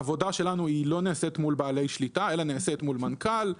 העבודה שלנו לא נעשית מול בעלי שליטה אלא נעשית מול מנכ"ל,